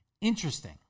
Interesting